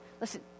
Listen